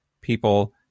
people